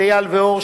אייל ואור,